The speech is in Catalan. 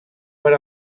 per